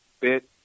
bit